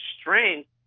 strength